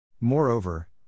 Moreover